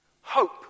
hope